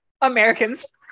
americans